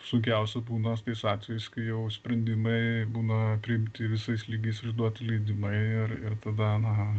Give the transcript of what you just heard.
sunkiausia būna tais atvejais kai jau sprendimai būna priimti visais lygiais išduoti leidimai ir ir tada na